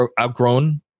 outgrown